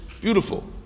beautiful